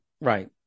right